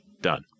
done